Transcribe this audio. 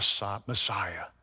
Messiah